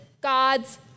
God's